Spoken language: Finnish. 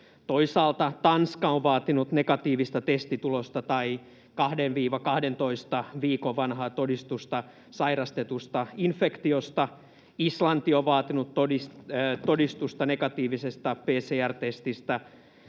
Toisaalta Tanska on vaatinut negatiivista testitulosta tai 2—12 viikon vanhaa todistusta sairastetusta infektiosta. Islanti on vaatinut todistusta negatiivisesta PCR-testistä,